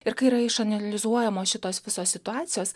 ir kai yra išanalizuojamos šitos visos situacijos